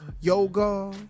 yoga